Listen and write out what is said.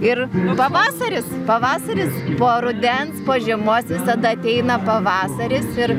ir pavasaris pavasaris po rudens žiemos visada ateina pavasaris ir